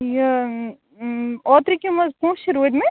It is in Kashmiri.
یہِ اوترٕ کِم حظ پونٛسہٕ چھِ رودِمٕتۍ